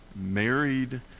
married